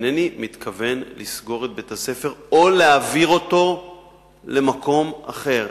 שאינני מתכוון לסגור את בית-הספר או להעביר אותו למקום אחר.